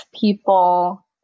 people